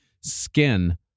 Skin